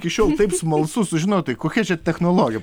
iki šiol taip smalsu sužinoti kokia čia technologija